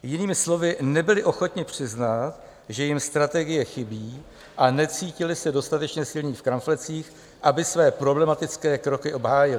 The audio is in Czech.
Jinými slovy, nebyli ochotni přiznat, že jim strategie chybí, a necítili se dostatečně silní v kramflecích, aby své problematické kroky obhájili.